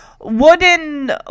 wooden